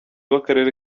w’akarere